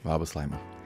labas laima